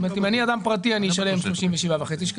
כאדם פרטי אני אשלם